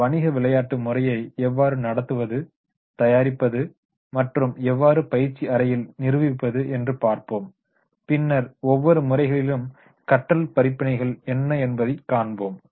இந்த வணிக விளையாட்டு முறையை எவ்வாறு நடத்துவது தயாரிப்பது மற்றும் எவ்வாறு பயிற்சி அறையில் நிரூபிப்பது என்று பார்ப்போம் பின்னர் ஒவ்வொரு முறைகளிலும் கற்றல் படிப்பினைகள் என்ன என்பதை காண்போம்